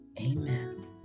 Amen